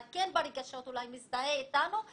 אתה כן ברגשות אולי מזדהה איתנו,